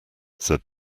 said